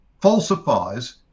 falsifies